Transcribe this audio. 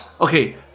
Okay